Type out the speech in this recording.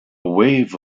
wave